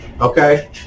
okay